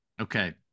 okay